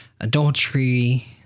adultery